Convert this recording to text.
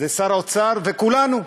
זה שר האוצר וכולנו,